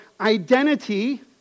identity